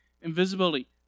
Invisibility